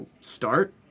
start